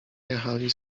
jechali